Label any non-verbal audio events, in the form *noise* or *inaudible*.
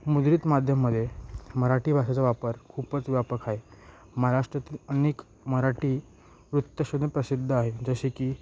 मुद्रित माध्यमामध्ये मराठी भाषेचा वापर खूपच व्यापक आहे महाराष्ट्रातील अनेक मराठी *unintelligible* प्रसिद्ध आहे जसे की